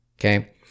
Okay